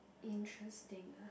interesting ah